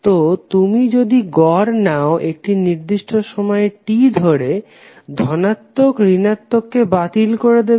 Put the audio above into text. তো তুমি যদি গড় নাও একটি নির্দিষ্ট সময় T ধরে ধনাত্মক ঋণাত্মক কে বাতিল করে দেবে